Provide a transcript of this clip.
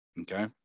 Okay